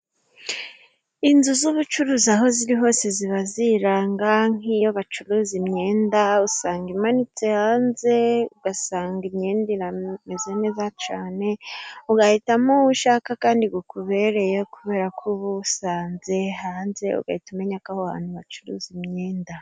Inzu z'ubucuruzi aho ziri hose ziba ziranga, nk'iyo bacuruza imyenda usanga imanitse hanze, ugasanga imyenda imeze neza cyane, ugahitamo uwo ushaka kandi ukubereye, kubera ko uba uyisanze hanze ugahita umenya ko aho hantu bacuruza imyenda.